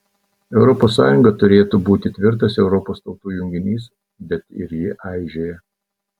europos sąjunga turėtų būti tvirtas europos tautų junginys bet ir ji aižėja